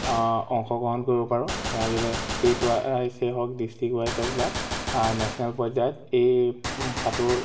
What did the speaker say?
অংশগ্ৰহণ কৰিব পাৰোঁ লাগিলে ষ্টেট ৱাইজে হওক ডিষ্ট্ৰিক্ট ৱাইজ হওক বা নেশ্যনেল পৰ্য্য়ায়ত এই সাঁতোৰ